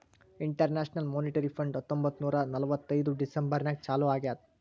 international monetary fund ಹತ್ತೊಂಬತ್ತ್ ನೂರಾ ನಲ್ವತ್ತೈದು ಡಿಸೆಂಬರ್ ನಾಗ್ ಚಾಲೂ ಆಗ್ಯಾದ್